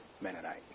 Mennonite